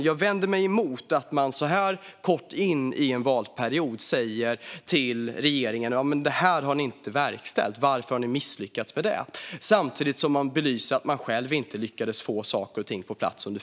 Jag vänder mig dock emot att man så här kort tid in i en mandatperiod säger att regeringen har misslyckats samtidigt som det är tydligt att man under fyra år inte själv inte lyckades få saker och ting på plats.